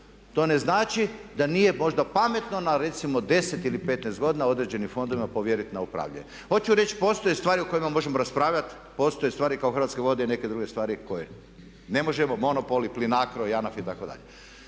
to ne znači da nije možda pametno na recimo 10 ili 15 godina određenim fondovima povjeriti na upravljanje. Hoću reći postoje stvari o kojima možemo raspravljati, postoje stvari kao Hrvatske vode i neke druge stvari koje ne možemo monopol, i PLINCRO, ANAF itd.